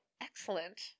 Excellent